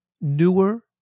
newer